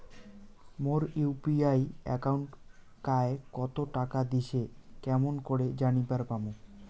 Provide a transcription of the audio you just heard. মোর UPI একাউন্টে কায় কতো টাকা দিসে কেমন করে জানিবার পামু?